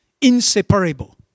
Inseparable